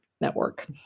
Network